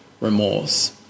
remorse